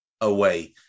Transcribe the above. away